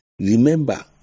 Remember